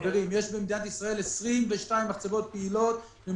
יש במדינת ישראל 22 מחצבות פעילות שכורות